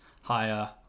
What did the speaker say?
higher